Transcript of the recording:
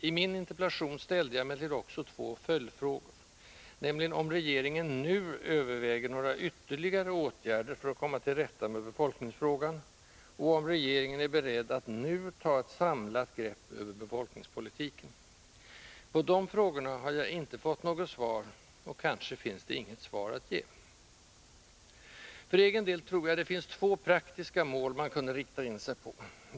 I min interpellation ställde jag emellertid också två följdfrågor, nämligen om regeringen nu överväger några ytterligare åtgärder för att komma till rätta med befolkningsfrågan och om regeringen är beredd att nu ta ett samlat grepp över befolkningspolitiken. På de frågorna har jag inte fått något svar, och kanske finns det inget svar att ge. För egen del tror jag att det finns två praktiska mål man kunde rikta in sig på.